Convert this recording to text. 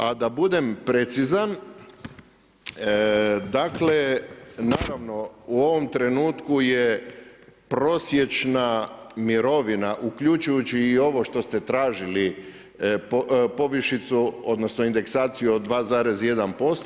A da budem precizan, dakle naravno u ovom trenutku e prosječna mirovina uključujući i ovo što ste tražili povišicu, odnosno indeksaciju od 2,1%